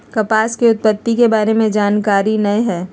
कपास के उत्पत्ति के बारे में जानकारी न हइ